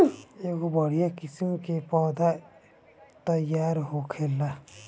एमे बढ़िया किस्म के पौधा तईयार होखेला